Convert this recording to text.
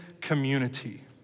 community